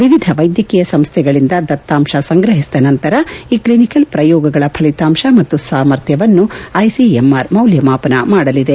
ವಿವಿಧ ವೈದ್ಯಕೀಯ ಸಂಸ್ಥೆಗಳಿಂದ ದತ್ತಾಂಶ ಸಂಗ್ರಹಿಸಿದ ನಂತರ ಈ ಕ್ಷಿನಿಕಲ್ ಪ್ರಯೋಗಗಳ ಫಲಿತಾಂಶ ಮತ್ತು ಸಾಮರ್ಥ್ಯವನ್ನು ಐಸಿಎಂಆರ್ ಮೌಲ್ಲಮಾಪನ ಮಾಡಲಿದೆ